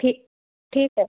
ਠੀਕ ਠੀਕ ਹੈ